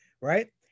right